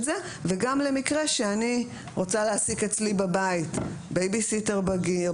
זה וגם למקרה שאני רוצה להעסיק אצלי בבית בייבי-סיטר בגיר,